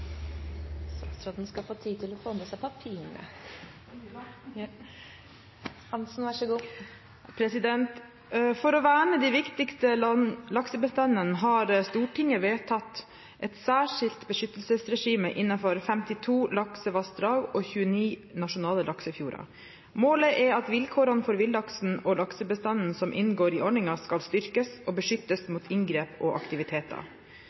å verne de viktigste laksebestandene har Stortinget vedtatt et særskilt beskyttelsesregime innenfor 52 laksevassdrag og 29 nasjonale laksefjorder. Målet er at vilkårene for villaksen og laksebestandene som inngår i ordningen, skal styrkes og beskyttes mot inngrep og aktiviteter.